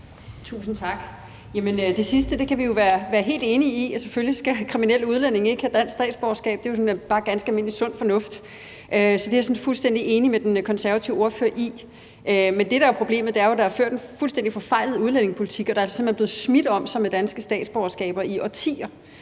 Tusind tak. Det sidste kan vi jo være helt enige i, for selvfølgelig skal kriminelle udlændinge ikke have dansk statsborgerskab. Det er bare ganske almindelig sund fornuft. Så det er jeg fuldstændig enig med den konservative ordfører i. Men det, der er problemet, er, at der er ført en fuldstændig forfejlet udlændingepolitik, og at man simpelt hen har smidt om sig med danske statsborgerskaber i årtier.